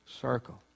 circle